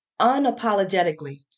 Unapologetically